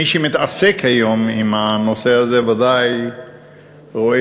מי שמתעסק היום עם הנושא הזה ודאי רואה